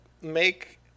Make